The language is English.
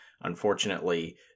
unfortunately